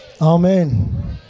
Amen